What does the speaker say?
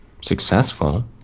successful